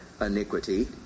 iniquity